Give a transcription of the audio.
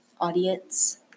audience